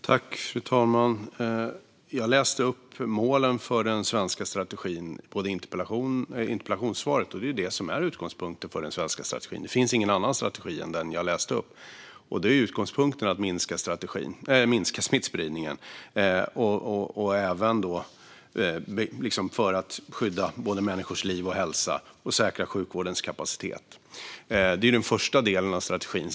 Fru talman! Jag tog upp målen för den svenska strategin i mitt interpellationssvar. De är utgångspunkten för den svenska strategin. Det finns ingen annan strategi än den jag tog upp. Utgångspunkten är att minska smittspridningen för att skydda människors liv och hälsa samt säkra sjukvårdens kapacitet. Det är den första delen av strategin.